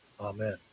Amen